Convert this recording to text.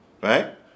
Right